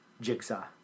Jigsaw